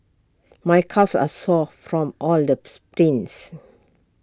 my calves are sore from all the sprints